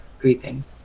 breathing